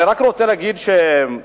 אני רק רוצה להגיד שאילו